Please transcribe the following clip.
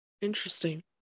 Interesting